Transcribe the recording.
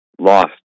lost